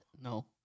No